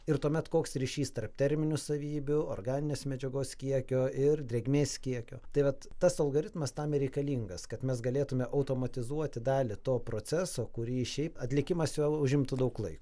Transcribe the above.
ir tuomet koks ryšys tarp terminių savybių organinės medžiagos kiekio ir drėgmės kiekio tai vat tas algoritmas tam ir reikalingas kad mes galėtume automatizuoti dalį to proceso kurį šiaip atlikimas jo užimtų daug laiko